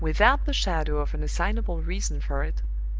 without the shadow of an assignable reason for it,